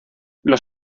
los